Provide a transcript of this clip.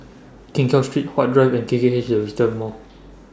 Keng Cheow Street Huat Drive and K K H The Retail Mall